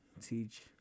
teach